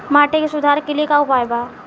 माटी के सुधार के लिए का उपाय बा?